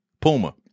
Puma